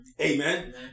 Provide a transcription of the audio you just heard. amen